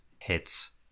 hits